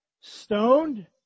stoned